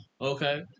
okay